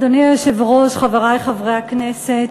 אדוני היושב-ראש, חברי חברי הכנסת,